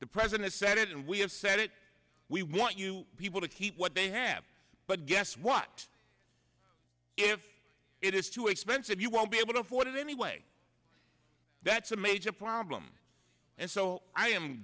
the president said it and we have said it we want you people to keep what they have but guess what if it is too expensive you won't be able to afford it anyway that's a major problem and so i am